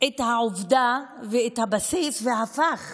את העובדה ואת הבסיס והפך